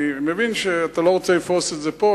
אני מבין שאתה לא רוצה לפרוס את זה פה.